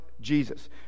Jesus